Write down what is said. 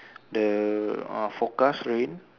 the uh forecast rain